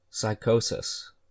Psychosis